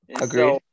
Agreed